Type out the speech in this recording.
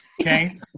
okay